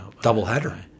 Doubleheader